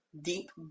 deep